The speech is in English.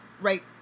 Right